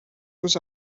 was